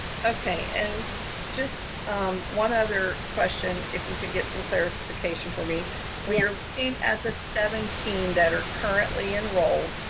okay. and just one other question, if you could get some clarification for me when you're looking at the seventeen that are currently enrolled,